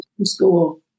school